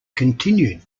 continued